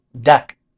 deck